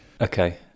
okay